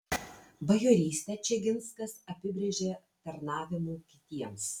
bajorystę čeginskas apibrėžė tarnavimu kitiems